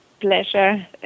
pleasure